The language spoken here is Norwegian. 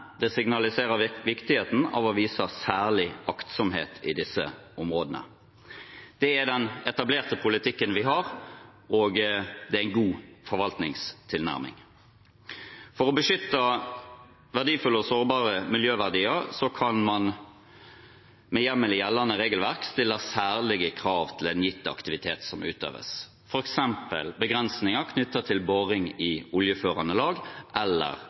signaliserer viktigheten av å vise særlig aktsomhet i disse områdene. Det er den etablerte politikken vi har, og det er en god forvaltningstilnærming. For å beskytte verdifulle og sårbare miljøverdier kan man med hjemmel i gjeldende regelverk stille særlige krav til en gitt aktivitet som utøves, f.eks. begrensninger knyttet til boring i oljeførende lag eller